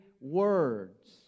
words